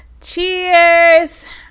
cheers